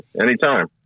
anytime